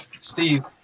Steve